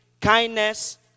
kindness